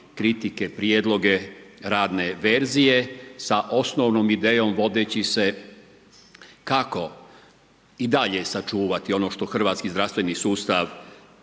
kritike, prijedloge, radne verzije sa osnovnom idejom vodeći se kako i dalje sačuvati ono što hrvatski zdravstveni sustav